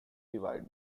divide